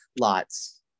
lots